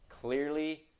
Clearly